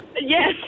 Yes